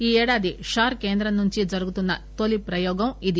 ఈ ఏడాది షార్కేంద్రం నుంచి జరుగుతున్న తొలి ప్రయోగం ఇది